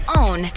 own